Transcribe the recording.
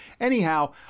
Anyhow